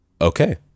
okay